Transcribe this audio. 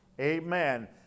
amen